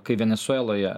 kai venesueloje